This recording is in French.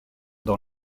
dans